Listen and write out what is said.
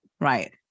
Right